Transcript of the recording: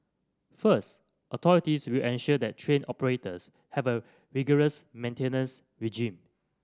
first authorities will ensure that train operators have a rigorous maintenance regime